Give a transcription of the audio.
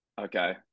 Okay